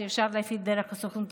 שאפשר להפעיל דרך הסוכנות